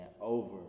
over